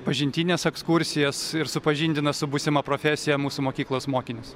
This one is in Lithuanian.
pažintines ekskursijas ir supažindina su būsima profesija mūsų mokyklos mokinius